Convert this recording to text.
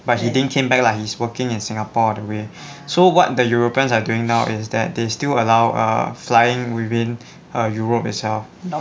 but he didn't came back lah he's working in singapore all the way so what the europeans are doing now is that they still allow err flying within europe itself